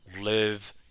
live